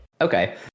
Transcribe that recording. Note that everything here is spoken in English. Okay